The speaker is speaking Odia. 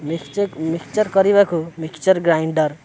ମିକ୍ସଚର୍ କରିବାକୁ ମିକ୍ସଚର୍ ଗ୍ରାଇଣ୍ଡର୍